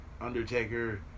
Undertaker